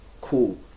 cool